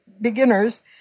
beginners